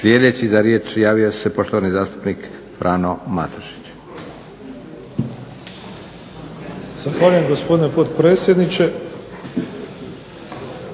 sljedeći za riječ javio se poštovani zastupnik Frano Matušić.